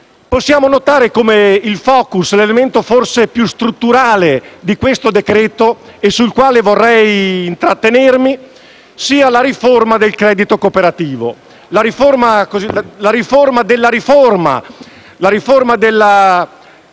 possiamo notare come il *focus*, l'elemento forse più strutturale di tale decreto-legge, sul quale vorrei intrattenermi, sia la riforma del credito cooperativo, vale a dire la riforma della